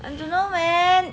I don't know man